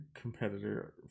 competitor